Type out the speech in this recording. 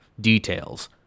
details